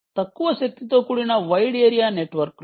తక్కువ శక్తితో కూడిన వైడ్ ఏరియా నెట్వర్క్లు